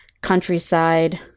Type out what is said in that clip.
countryside